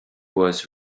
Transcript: was